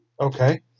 Okay